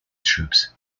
troops